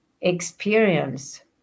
experience